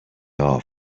off